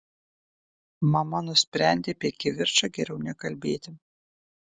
mama nusprendė apie kivirčą geriau nekalbėti